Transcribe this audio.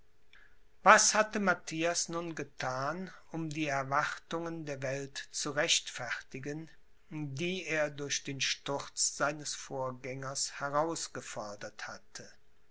was hatte matthias nun gethan um die erwartungen der welt zu rechtfertigen die er durch den sturz seines vorgängers herausgefordert hatte